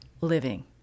living